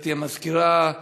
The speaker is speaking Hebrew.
גברתי המזכירה,